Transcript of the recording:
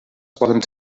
poden